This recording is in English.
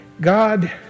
God